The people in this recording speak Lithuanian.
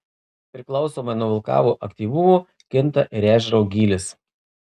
priklausomai nuo vulkano aktyvumo kinta ir ežero gylis